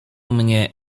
mnie